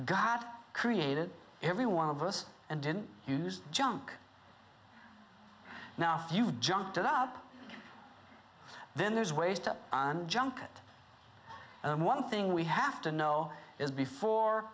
god created every one of us and didn't use junk now if you've jumped up then there's ways to junk it and one thing we have to know is before